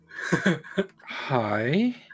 Hi